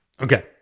Okay